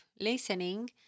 listening